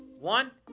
one,